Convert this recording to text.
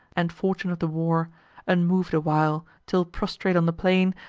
and fortune of the war unmov'd a while, till, prostrate on the plain,